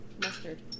Mustard